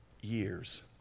years